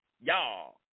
y'all